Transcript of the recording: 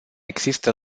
există